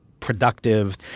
productive